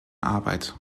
arbeit